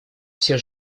все